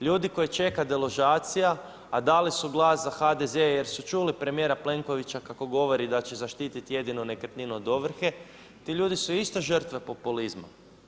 Ljudi koje čeka deložacija, a dali su glas za HDZ jer su čuli premijera Plenkovića kako govori da će zaštititi jedinu nekretninu od ovrhe, ti ljudi su isto žrtve populizma.